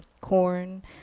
corn